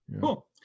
Cool